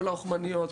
כל האוכמניות,